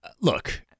look